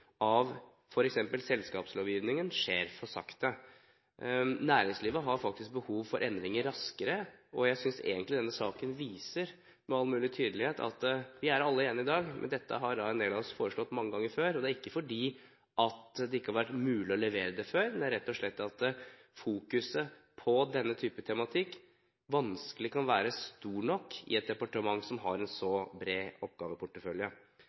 av f.eks. selskapslovgivningen, skjer for sakte. Næringslivet har faktisk behov for endringer raskere. Jeg synes egentlig denne saken med all mulig tydelighet viser at vi alle er enige i dag, men at dette har en del av oss foreslått mange ganger før. Det er ikke det at det ikke har vært mulig å levere det før, men fokuset på denne type tematikk kan rett og slett vanskelig være stort nok i et departement som har en så bred oppgaveportefølje.